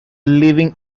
living